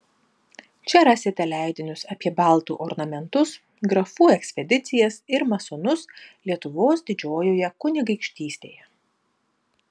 čia rasite leidinius apie baltų ornamentus grafų ekspedicijas ir masonus lietuvos didžiojoje kunigaikštystėje